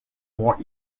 more